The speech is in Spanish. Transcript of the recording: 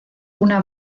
una